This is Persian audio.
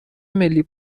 ملی